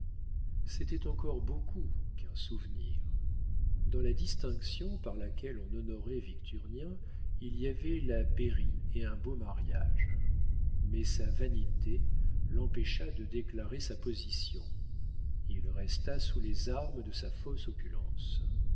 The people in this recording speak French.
c'était encore beaucoup qu'un souvenir dans la distinction par laquelle on honorait victurnien il y avait la pairie et un beau mariage mais sa vanité l'empêcha de déclarer sa position il resta sous les armes de sa fausse opulence